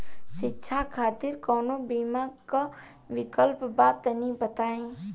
शिक्षा खातिर कौनो बीमा क विक्लप बा तनि बताई?